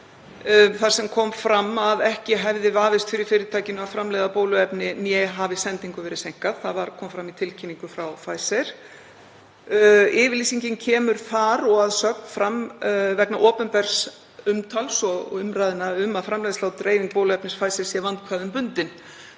þar sem fram kom að ekki hefði vafist fyrir fyrirtækinu að framleiða bóluefni eða hafi sendingu verið seinkað. Það kom fram í tilkynningu frá Pfizer. Yfirlýsingin kemur að sögn fram vegna opinbers umtals og umræðna um að framleiðsla og dreifing bóluefnis Pfizer sé vandkvæðum bundin,